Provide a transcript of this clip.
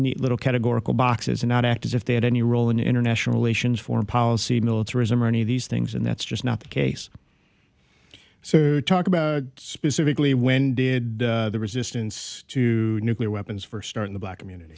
neat little categorical boxes and not act as if they had any role in international relations foreign policy militarism or any of these things and that's just not the case so talk about specifically when did the resistance to nuclear weapons for start in the black community